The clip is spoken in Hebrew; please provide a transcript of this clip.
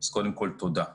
אז קודם כל תודה.